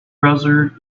browser